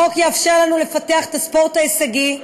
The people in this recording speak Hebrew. החוק יאפשר לנו לפתח את הספורט ההישגי,